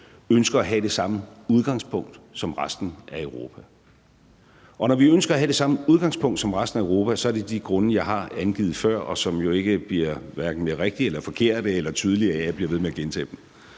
ønsker at have det samme udgangspunkt som resten af Europa. Og når vi ønsker at have det samme udgangspunkt som resten af Europa, er det af de grunde, jeg har angivet før, og som jo ikke bliver hverken rigtige, forkerte eller tydelige af, at jeg bliver ved med at gentage dem.